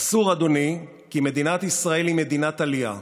אסור, אדוני, כי מדינת ישראל היא מדינת עלייה,